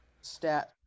stat